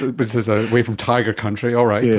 this is ah away from tiger country, all right! yeah